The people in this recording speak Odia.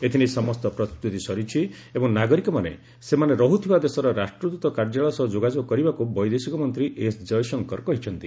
ଏଥିନେଇ ସମସ୍ତ ପ୍ରସ୍ତୁତି ସରିଛି ଏବଂ ନାଗରିକମାନେ ସେମାନେ ରହୁଥିବା ଦେଶର ରାଷ୍ଟ୍ରଦୃତ କାର୍ଯ୍ୟାଳୟ ସହ ଯୋଗାଯୋଗ କରିବାକୁ ବୈଦେଶିକମନ୍ତ୍ରୀ ଏସ୍ ଜୟଶଙ୍କର କହିଛନ୍ତି